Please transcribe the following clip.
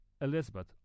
Elizabeth